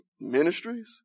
ministries